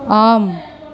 ஆம்